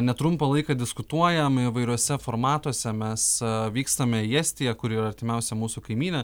netrumpą laiką diskutuojam įvairiuose formatuose mes vykstame į estiją kuri yra artimiausia mūsų kaimynė